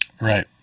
right